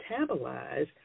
metabolize